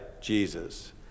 Jesus